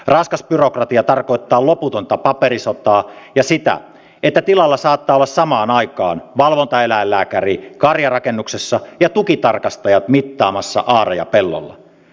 raskas byrokratia tarkoittaa loputonta paperisotaa ja sitä että tilalla saattaa olla samaan aikaan valvontaeläinlääkäri karjarakennuksessa ja tukitarkastajat mittaamassa aareja pellolla